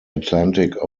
atlantic